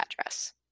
address